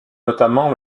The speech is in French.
notamment